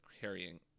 carrying